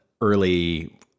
early